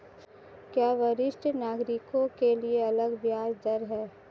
क्या वरिष्ठ नागरिकों के लिए अलग ब्याज दर है?